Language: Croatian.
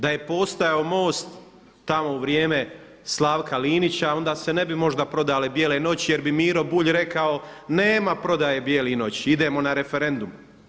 Da je postojao MOST tamo u vrijeme Slavka Linića onda se ne bi možda prodale bijele noći jer bi Miro Bulj rekao nema prodaje bijelih noći, idemo na referendum.